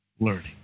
learning